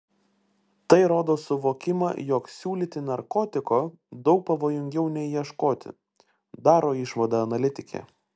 tai rodo suvokimą jog siūlyti narkotiko daug pavojingiau nei ieškoti daro išvadą analitikė